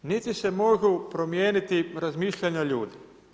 Niti se mogu promijeniti razmišljanja ljudi.